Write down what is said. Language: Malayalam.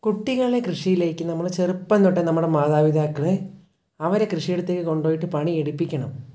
കുട്ടികളെ കൃഷിയിലേക്ക് നമ്മൾ ചെറുപ്പം തൊട്ടേ നമ്മുടെ മാതാപിതാക്കളെ അവരെ കൃഷി ഇടത്തേക്ക് കൊണ്ടു പോയിട്ട് പണി എടുപ്പിക്കണം